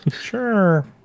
Sure